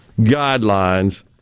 guidelines